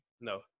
No